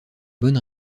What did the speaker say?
bonne